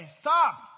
stop